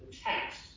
text